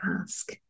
ask